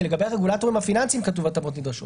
כי לגבי הרגולטורים הפיננסיים כתוב "התאמות נדרשות",